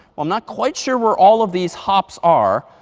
um not quite sure where all of these hops are.